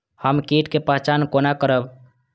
हम कीट के पहचान कोना करब?